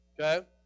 Okay